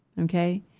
Okay